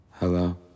Hello